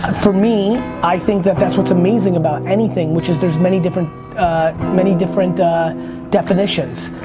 for me, i think that that's what's amazing about anything, which is, there's many different many different definitions.